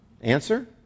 Answer